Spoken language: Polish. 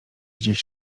gdzieś